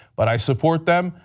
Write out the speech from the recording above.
but i support them,